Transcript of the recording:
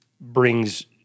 brings